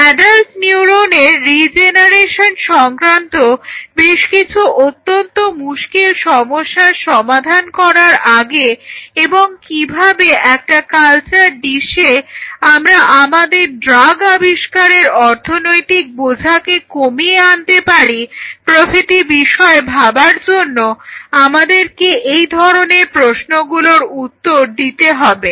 adult নিউরোনের regeneration সংক্রান্ত বেশকিছু অত্যন্ত মুশকিল সমস্যার সমাধান করার আগে এবং কিভাবে একটা কালচার ডিসে আমরা আমাদের ড্রাগ আবিষ্কারের অর্থনৈতিক বোঝাকে কমিয়ে আনতে পারি প্রভৃতি বিষয় ভাবার জন্য আমাদেরকে এই ধরনের প্রশ্নগুলোর উত্তর দিতে হবে